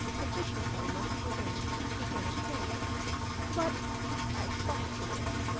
the fishing-pole must remain, you cannot carry it but i expostulated.